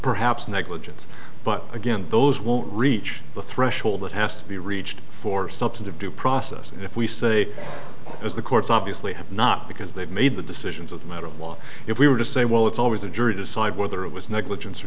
perhaps negligence but again those won't reach the threshold that has to be reached before substantive due process if we say as the courts obviously have not because they've made the decisions of matter of law if we were to say well it's always a jury decide whether it was negligence or